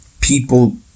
people